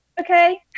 okay